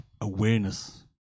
awareness